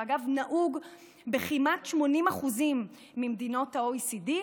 שאגב נהוג בכמעט 80% ממדינות ה-OECD,